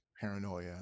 paranoia